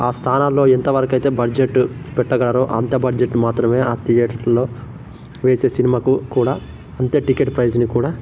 ఆ స్థానాల్లో ఎంతవరకయితే బడ్జెట్ పెట్టగలరో అంత బడ్జెట్ మాత్రమే ఆ థియేటర్లో వేసే సినిమాకు కూడా అంతే టికెట్ ప్రైజ్ని కూడా